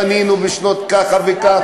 בנינו בשנות ככה וככה,